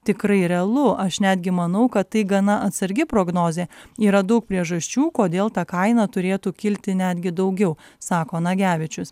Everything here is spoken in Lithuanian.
tikrai realu aš netgi manau kad tai gana atsargi prognozė yra daug priežasčių kodėl ta kaina turėtų kilti netgi daugiau sako nagevičius